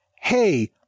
hey